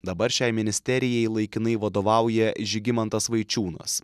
dabar šiai ministerijai laikinai vadovauja žygimantas vaičiūnas